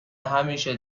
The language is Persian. همیشه